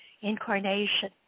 incarnation